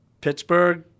Pittsburgh